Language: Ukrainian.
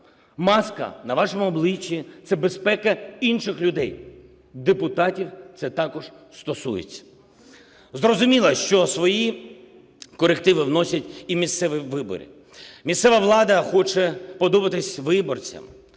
Маска на вашому обличчі – це безпека інших людей. Депутатів це також стосується. Зрозуміло, що свої корективи вносять і місцеві вибори. Місцева влада хоче подобатись виборцям,